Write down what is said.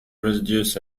residues